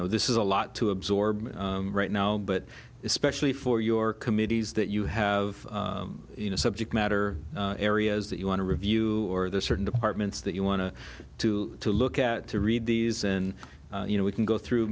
know this is a lot to absorb right now but especially for your committees that you have you know subject matter areas that you want to review or there are certain departments that you want to to look at to read these and you know we can go through